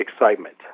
excitement